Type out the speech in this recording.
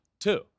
two